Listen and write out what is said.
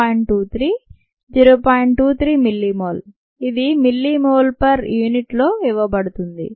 23 millimole ఇది millimole per యూనిట్లో ఇవ్వబడుతుంది